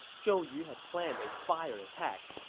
zhou yu had planned a fire attack.